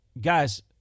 Guys